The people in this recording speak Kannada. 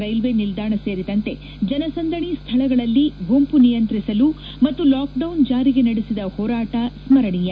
ರೈಲ್ವೆ ನಿಲ್ದಾಣ ಸೇರಿದಂತೆ ಜನಸಂದಣಿ ಸ್ವಳಗಳಲ್ಲಿ ಗುಂಪು ನಿಯಂತ್ರಿಸಲು ಮತ್ತು ಲಾಕ್ಡೌನ್ ಜಾರಿಗೆ ನಡೆಸಿದ ಹೋರಾಟ ಸ್ಕರಣೀಯ